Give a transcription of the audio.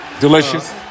delicious